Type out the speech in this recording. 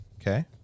Okay